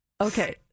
Okay